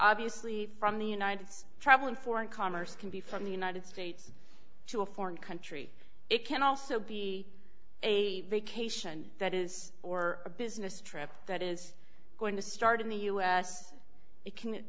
obviously from the united states problem foreign commerce can be from the united states to a foreign country it can also be a vacation that is or a business trip that is going to start in the u s it can